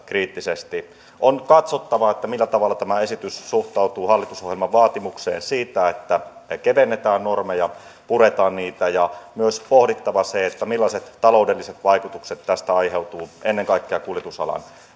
kriittisesti on katsottava millä tavalla tämä esitys suhtautuu hallitusohjelman vaatimukseen siitä että me kevennämme normeja ja puramme niitä ja myös pohdittava se millaiset taloudelliset vaikutukset tästä aiheutuvat ennen kaikkea kuljetusalan